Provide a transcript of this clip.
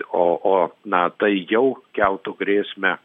o o na tai jau keltų grėsmę